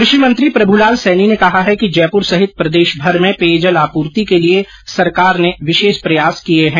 कृषि मंत्री प्रभुलाल सैनी ने कहा है कि जयपुर सहित प्रदेशभर में पेयजल आपूर्ति के लिए सरकार ने विशेष प्रयास किए हैं